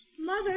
Mother